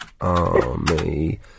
army